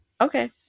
okay